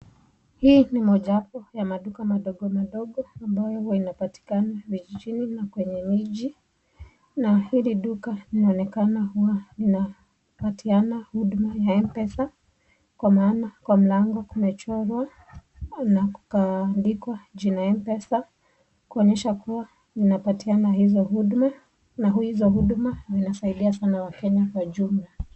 Hii ni mojawapo ya maduka madogo madogo ambayo huwa inapatikana vijijini na kwenye miji na hili duka linaonekana huwa lina patiana huduma ya mpesa kwa maana kwa mlango kumechorwa na kukaandikwa jina ya mpesa kuonyesha kuwa inapatiana hizo huduma na hizo huduma zinasaidia sana wakenya kwa jumla.